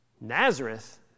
Nazareth